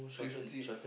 fifty